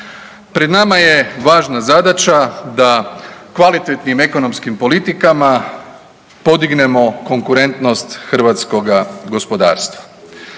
Pred nama je važna zadaća da kvalitetnim ekonomskim politikama podignemo konkurentnost hrvatskoga gospodarstva.